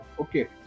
okay